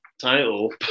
title